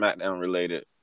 SmackDown-related